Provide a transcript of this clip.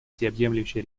всеобъемлющие